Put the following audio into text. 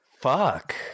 fuck